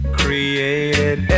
created